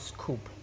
Scoop